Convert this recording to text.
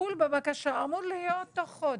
הטיפול בבקשה אמור להיות תוך חודש.